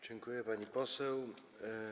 Dziękuję, pani poseł.